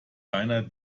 deiner